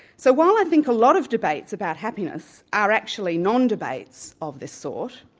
so while i think a lot of debates about happiness are actually non-debates of this sort,